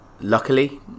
Luckily